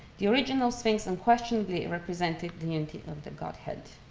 the original sphinx unquestionably represented the unity of the godhead.